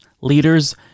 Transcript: leaders